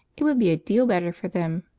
it would be a deal better for them,